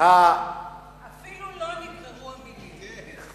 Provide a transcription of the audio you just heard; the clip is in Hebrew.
אפילו לו נגמרו המלים.